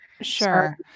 Sure